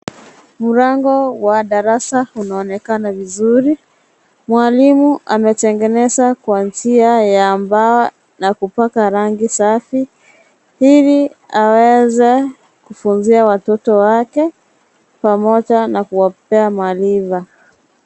Mlango wa darasa unaonekana vizuri. Mwalimu ametengeneza kwa njia ya mbao na kupaka rangi safi, ili aweze kufunzia watoto wake, pamoja na kuwapea maarifa.